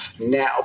now